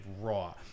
raw